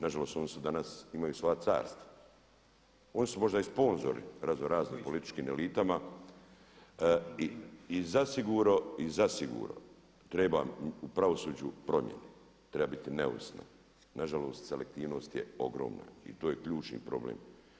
Nažalost oni danas, imaju svoja carstva, oni su možda i sponzori razno raznim političkim elitama i zasigurno treba u pravosuđu promjene, treba biti neovisno, nažalost selektivnost je ogromna i to je ključni problem.